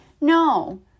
No